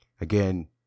Again